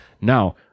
now